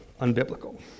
unbiblical